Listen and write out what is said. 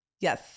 Yes